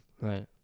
Right